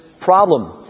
problem